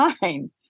fine